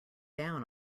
down